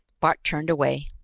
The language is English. bart turned away.